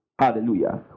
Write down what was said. Hallelujah